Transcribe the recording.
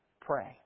Pray